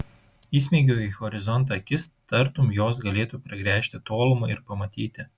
įsmeigiau į horizontą akis tartum jos galėtų pragręžti tolumą ir pamatyti